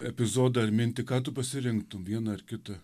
epizodą ar mintį ką tu pasirinktum vieną ar kitą